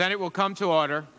that it will come to order